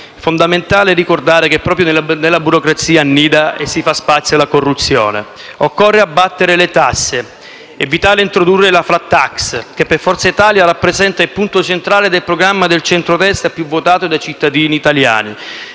È fondamentale ricordare che proprio nella burocrazia annida e si fa spazio la corruzione. Occorre abbattere le tasse ed è vitale introdurre la *flat tax* - per Forza Italia rappresenta il punto centrale del programma del centrodestra più votato dai cittadini italiani